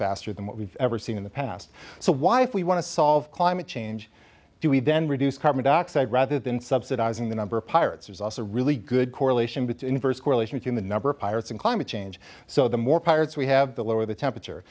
faster than what we've ever seen in the past so why if we want to solve climate change do we then reduce carbon dioxide rather than subsidizing the number of pirates there's also a really good correlation with the inverse correlation between the number of pirates and climate change so the more pirates we have the lower the temperature